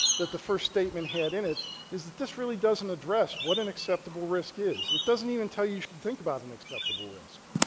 that the first statement had in it is that this really doesn't address what an acceptable risk is. it doesn't even tell you you should think about an acceptable risk.